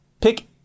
Pick